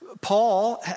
Paul